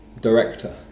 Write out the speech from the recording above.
director